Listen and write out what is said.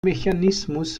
mechanismus